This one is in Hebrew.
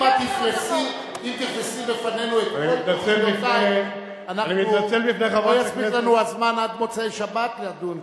אם תפרסי בפנינו את כל תוכניותייך לא יספיק לנו הזמן עד מוצאי-שבת לדון,